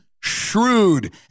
shrewd